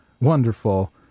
wonderful